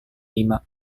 lima